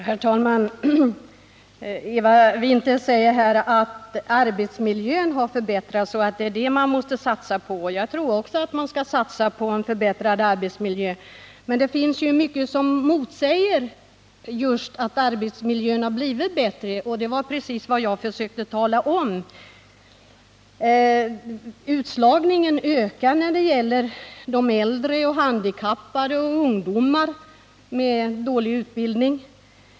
Herr talman! Eva Winther säger att arbetsmiljön har förbättrats och att det är det man måste satsa på. Jag tror också att man skall satsa på en förbättrad arbetsmiljö. Men det finns mycket som motsäger just detta att arbetsmiljön har blivit bättre — det var det jag försökte tala om. Utslagningen ökar när det gäller äldre människor, handikappade och ungdomar med dålig utbildning.